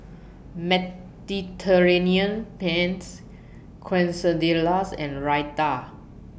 Mediterranean Pennes Quesadillas and Raita